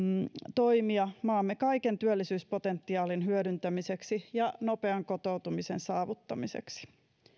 toimia maamme kaiken työllisyyspotentiaalin hyödyntämiseksi ja nopean kotoutumisen saavuttamiseksi